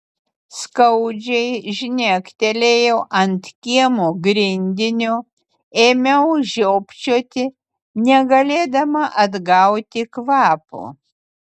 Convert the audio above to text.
skaudžiai žnektelėjau ant kiemo grindinio ėmiau žiopčioti negalėdama atgauti kvapo